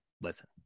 Listen